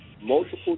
multiple